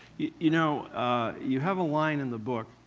you know you have a line in the book,